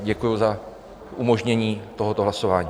Děkuji za umožnění tohoto hlasování.